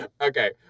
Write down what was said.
Okay